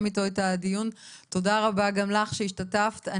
איתו את הדיון ותודה רבה גם לך שהשתתפת.